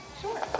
Sure